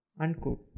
unquote